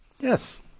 Yes